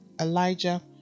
Elijah